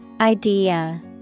Idea